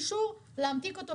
זה משהו שהיום לא מתקיים.